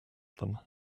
them